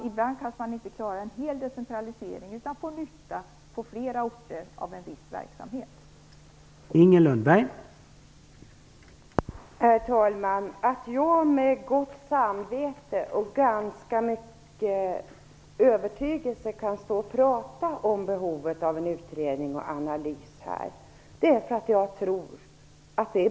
Ibland kanske man inte klarar av en hel decentralisering, utan man kan då få nytta av en viss verksamhet på flera orter.